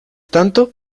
tanto